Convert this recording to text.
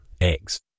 eggs